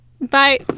bye